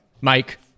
Mike